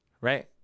Right